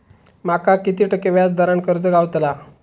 माका किती टक्के व्याज दरान कर्ज गावतला?